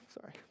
Sorry